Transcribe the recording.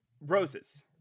roses